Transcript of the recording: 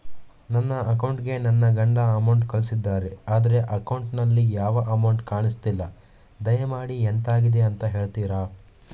ನನ್ನ ಅಕೌಂಟ್ ಗೆ ನನ್ನ ಗಂಡ ಅಮೌಂಟ್ ಕಳ್ಸಿದ್ದಾರೆ ಆದ್ರೆ ಅಕೌಂಟ್ ನಲ್ಲಿ ಯಾವ ಅಮೌಂಟ್ ಕಾಣಿಸ್ತಿಲ್ಲ ದಯಮಾಡಿ ಎಂತಾಗಿದೆ ಅಂತ ಹೇಳ್ತೀರಾ?